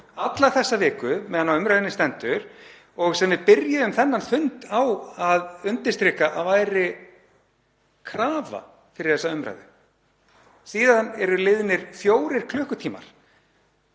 alla þessa viku meðan á umræðunni hefur staðið og við byrjuðum þennan fund á að undirstrika að krafa væri um þessa umræðu. Síðan eru liðnir fjórir klukkutímar